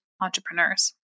entrepreneurs